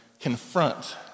confront